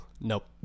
nope